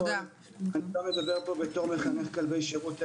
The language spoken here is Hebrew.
אני גם מדבר פה בתור מחנך כלבי שירות.